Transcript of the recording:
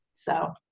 so.